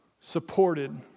supported